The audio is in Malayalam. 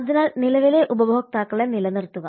അതിനാൽ നിലവിലെ ഉപഭോക്താക്കളെ നിലനിർത്തുക